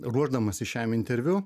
ruošdamasis šiam interviu